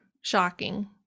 Shocking